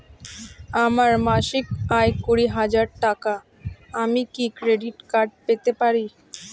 আমার মাসিক আয় কুড়ি হাজার টাকা আমি কি ক্রেডিট কার্ড পেতে পারি?